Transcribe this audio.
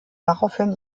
daraufhin